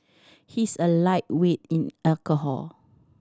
he is a lightweight in alcohol